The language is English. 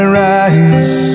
rise